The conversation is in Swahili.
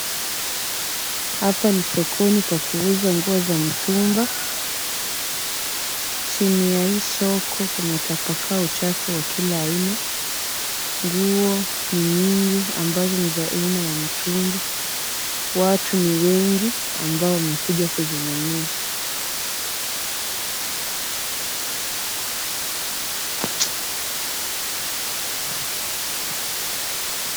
Hapa ni sokoni pa kuuza nguo za mtumba. Chini ya hii soko kumetapakaa uchafu wa kila aina. Nguo ni nyingi ambazo ni za aina ya mtumba. Watu ni wengi ambao wamekuja kuzinunua.